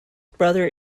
brother